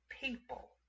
people